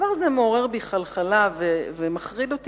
התופעה הזאת מעוררת בי חלחלה ומחרידה אותי,